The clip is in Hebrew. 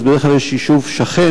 אז בדרך כלל יש יישוב שכן.